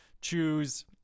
choose